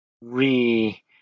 re